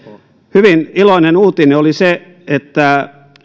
hyvin iloinen uutinen oli se että